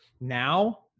now